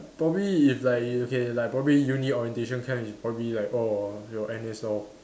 probably it's like okay like probably uni orientation camp it's probably like orh your N_S lor